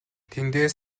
тэндээс